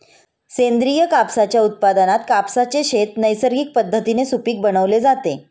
सेंद्रिय कापसाच्या उत्पादनात कापसाचे शेत नैसर्गिक पद्धतीने सुपीक बनवले जाते